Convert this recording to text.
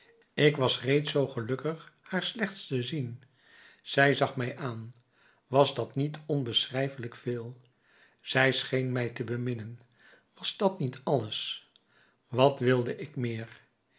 ik was reeds zoo gelukkig haar slechts te zien zij zag mij aan was dat niet onbeschrijfelijk veel zij scheen mij te beminnen was dat niet alles wat wilde ik meer